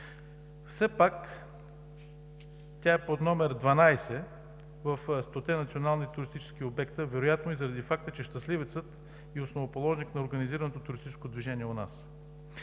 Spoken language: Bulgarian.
Все пак тя е под № 12 в стоте национални туристически обекта вероятно и заради факта, че Щастливеца е основоположник на